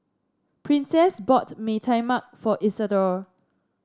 Princess bought Mee Tai Mak for Isadore